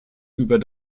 über